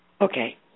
Okay